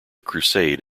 crusade